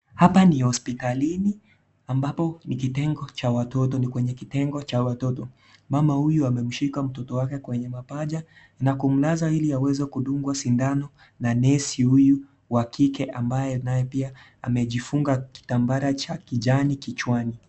Hapa ni hospitalini ambapo ni kwenye kitengo cha watoto. Mama huyu amemshika mtoto wake kwenye mapaja na kumnasa ili aweze kudungwa sindano na nesi huyu wa kike ambaye naye pia amejifunga kitambara cha kijani kichwani.